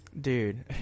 Dude